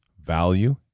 value